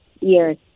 years